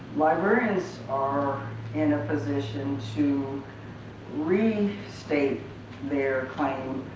librarians are in a position to restate their claim.